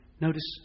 notice